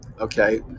Okay